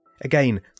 Again